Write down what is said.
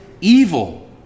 evil